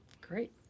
Great